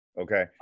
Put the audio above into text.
Okay